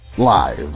Live